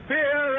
Fear